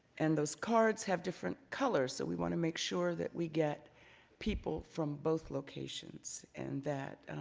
and those cards have different colors, so we want to make sure that we get people from both locations, and that